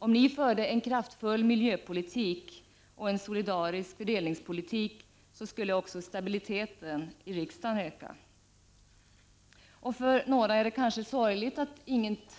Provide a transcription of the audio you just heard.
Om ni förde en kraftfull miljöpolitik och en solidarisk fördelningspolitik, skulle också stabiliteten i riksdagen öka. För några är det kanske sorgligt att allt inte